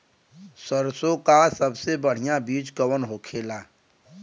सरसों का सबसे बढ़ियां बीज कवन होखेला?